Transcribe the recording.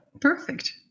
perfect